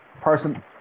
person